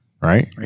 right